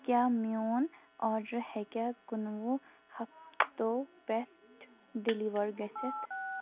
کیٛاہ میون آڈَر ہیٚکیٛاہ کُنہٕ وُہ ہَفتو پؠٹھ ڈِلیٖوَر گٔژھِتھ